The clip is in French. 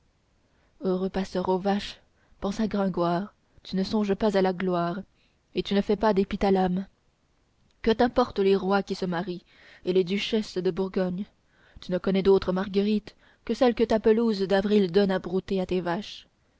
passeur aux vaches pensa gringoire tu ne songes pas à la gloire et tu ne fais pas d'épithalames que t'importent les rois qui se marient et les duchesses de bourgogne tu ne connais d'autres marguerites que celles que ta pelouse d'avril donne à brouter à tes vaches